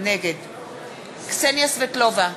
נגד קסניה סבטלובה,